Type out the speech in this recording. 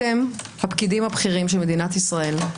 אתם הפקידים הבכירים של מדינת ישראל.